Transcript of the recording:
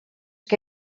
que